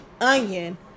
onion